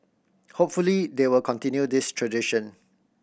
hopefully they will continue this tradition